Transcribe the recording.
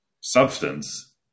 substance